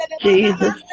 Jesus